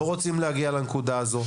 לא רוצים להגיע לנקודה הזאת,